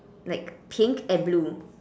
like pink and blue